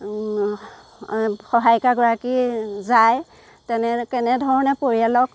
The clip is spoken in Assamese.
সহায়িকা গৰাকী যায় তেনে কেনে ধৰণে পৰিয়ালক